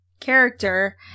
character